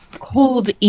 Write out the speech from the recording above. cold